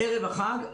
ערב החג.